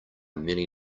many